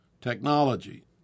technology